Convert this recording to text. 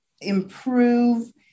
improve